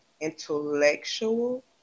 intellectual